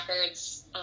records